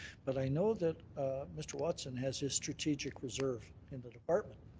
but i know that mr. watson has a strategic reserve in the department.